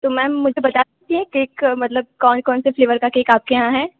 तो मैम मुझे बता सकती हैं केक मतलब कौन कौन से फ़्लेवर का केक आपके यहाँ है